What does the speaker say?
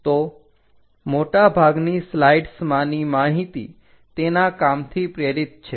તો મોટા ભાગની સ્લાઇડ્સમાંની માહિતી તેના કામથી પ્રેરિત છે